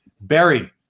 Barry